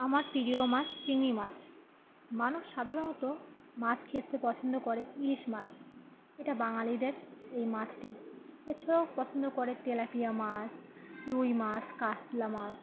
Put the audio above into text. আমার প্রিয় মাছ চিংড়ি মাছ মানুষ সাধারণত মাছ খেতে পছন্দ করে ইলিশ মাছ এটা বাঙালিদের এই মাছটি এ ছাড়াও পছন্দ করে তেলাপিয়া মাছ রুই মাছ কাতলা মাছ